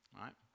right